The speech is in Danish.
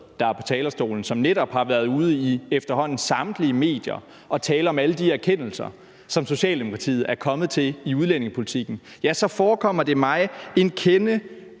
der er på talerstolen, og som netop har været ude i efterhånden samtlige medier at tale om alle de erkendelser, som Socialdemokratiet er kommet til i udlændingepolitikken, vil jeg sige, at det forekommer mig en kende